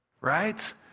Right